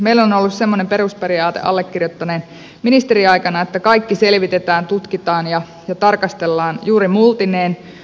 meillä on ollut sellainen perusperiaate allekirjoittaneen ministeriaikana että kaikki selvitetään tutkitaan ja tarkastellaan juurimultineen